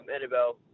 Annabelle